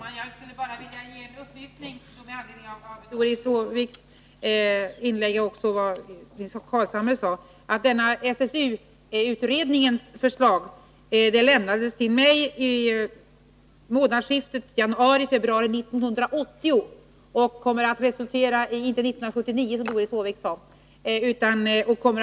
Herr talman! Jag vill bara lämna en upplysning med anledning av vad Doris Håvik och även Nils Carlshamre sade. SSU-utredningens förslag lämnades till mig i månadsskiftet januarifebruari 1980 — inte 1979 som Doris Håvik sade.